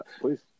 Please